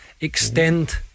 extend